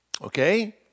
okay